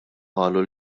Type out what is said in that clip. qalu